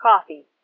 coffee